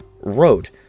wrote